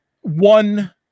one